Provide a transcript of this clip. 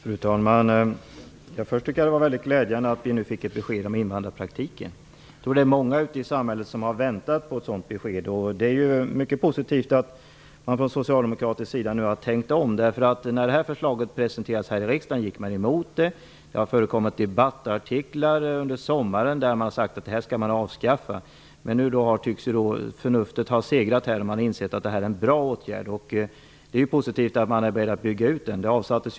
Fru talman! Jag tycker att det var väldigt glädjande att vi nu fick besked om invandrarpraktiken. Många ute i samhället har väntat på det beskedet. Det är mycket positivt att man från socialdemokratisk sida nu har tänkt om. När förslaget presenterades här i riksdagen gick man emot det. Det har förekommit debattartiklar under sommaren där det sagts att den praktiken skall avskaffas. Men nu tycks förnuftet ha segrat. Man inser att det här är en bra åtgärd. Det är positivt att man är beredd att bygga ut den verksamheten.